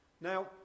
Now